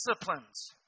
disciplines